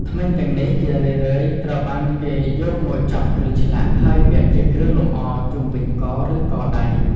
ធ្មេញទាំងនេះជារឿយៗត្រូវបានគេយកមកចោះ ឬឆ្លាក់ ហើយពាក់ជាគ្រឿងលម្អជុំវិញក ឬកដៃ។